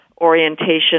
orientation